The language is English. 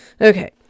Okay